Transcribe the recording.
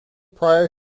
prior